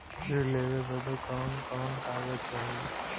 ऋण लेवे बदे कवन कवन कागज चाही?